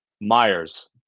Myers